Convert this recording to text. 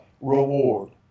reward